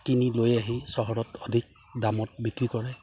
কিনি লৈ আহি চহৰত অধিক দামত বিক্ৰী কৰে